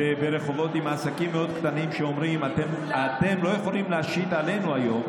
עם עסקים מאוד קטנים שאומרים: אתם לא יכולים להשית עלינו היום.